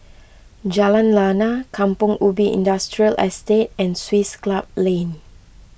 Jalan Lana Kampong Ubi Industrial Estate and Swiss Club Lane